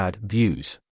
views